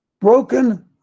Broken